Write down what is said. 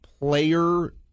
player –